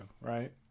right